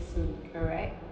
soon correct